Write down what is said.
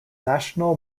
national